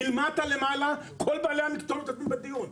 מלמטה למעלה כל בעלי המקצוע משתתפים בדיון,